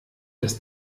des